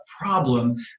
problem